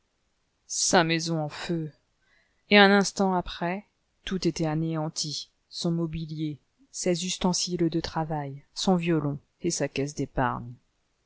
sa maison en feu et un instant après tout était anéanti son mobilier ses ustensiles de travail son violon et sa caisse d'épargne